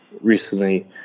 recently